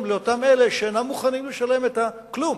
על אותם אלה שאינם מוכנים לשלם כלום.